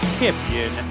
Champion